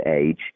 age